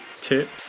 tips